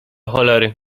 cholery